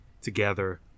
together